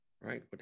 right